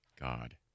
God